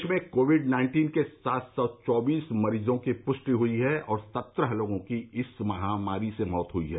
देश में COVID nineteen के सात सौ चौबीस मरीजों की पृष्टि हुई है और सत्रह लोगों की इस महामारी से मौत हुई है